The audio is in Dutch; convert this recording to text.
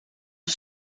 een